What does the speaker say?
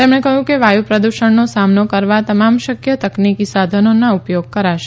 તેમણે કહ્યું કે વાયુ પ્રદૂષણનો સામનો કરવા તમામ શક્ય તકનીકી સાધનોના ઉપયોગ કરાશે